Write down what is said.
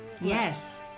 Yes